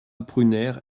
prunaire